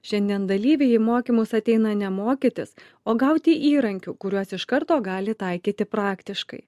šiandien dalyviai į mokymus ateina ne mokytis o gauti įrankių kuriuos iš karto gali taikyti praktiškai